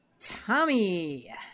Tommy